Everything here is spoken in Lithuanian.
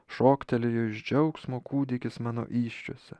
šoktelėjo iš džiaugsmo kūdikis mano įsčiose